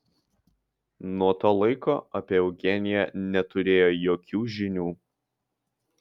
nuo to laiko apie eugeniją neturėjo jokių žinių